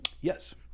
Yes